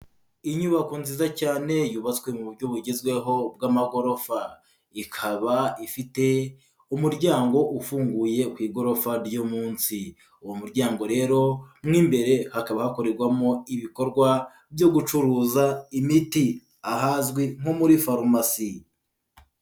Inyubako nziza cyane yubatswe mu buryo bugezweho bw'amagorofa, ikaba ifite umuryango ufunguye ku igorofa ryo munsi, uwo muryango rero mo imbere hakaba hakorerwamo ibikorwa byo gucuruza imiti, ahazwi nko muri farumasi.